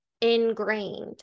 ingrained